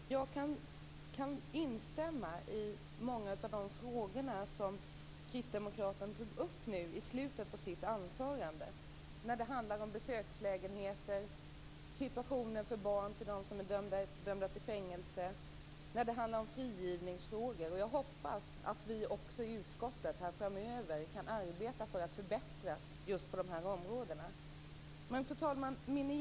Fru talman! Jag kan instämma i många av de saker som den kristdemokratiska ledamoten tog upp i slutet på sitt anförande - det som handlade om besökslägenheter, situationen för barn till dem som är dömda till fängelse och frigivningsfrågor. Jag hoppas att vi i utskottet framöver skall kunna arbeta för att förbättra på just de områdena. Fru talman!